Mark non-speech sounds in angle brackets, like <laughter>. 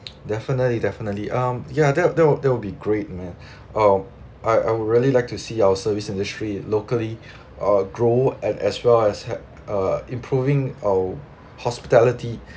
definitely definitely um ya that that would that would be great man <breath> um I I would really like to see our service industry locally uh grow and as well as ha~ uh improving our hospitality